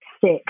six